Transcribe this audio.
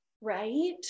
right